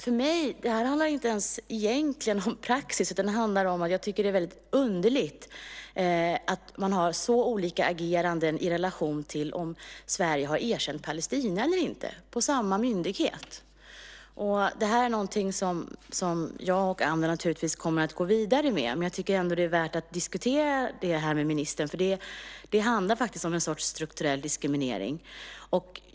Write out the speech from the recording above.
För mig handlar detta egentligen inte ens om praxis, utan det handlar om att jag tycker att det är väldigt underligt att man på samma myndighet har så olika ageranden i relation till om Sverige har Palestina eller inte. Detta är någonting som jag och andra naturligtvis kommer att gå vidare med. Men jag tycker ändå att det är värt att diskutera det här med ministern. Det handlar faktiskt om en sorts strukturell diskriminering.